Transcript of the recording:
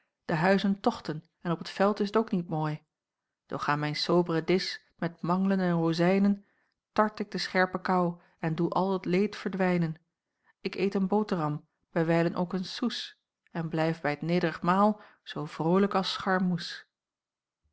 de huizen tochten en op t veld is t ook niet mooi och aan mijn soobren disch met manglen en rozijnen tart ik de scherpe kou en doe al t leed verdwijnen ik eet een boterham bij wijlen ook een soes en blijf bij t needrig maal zoo vrolijk als scharmoes